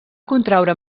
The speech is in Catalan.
contraure